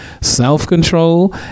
self-control